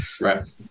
right